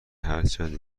هرچند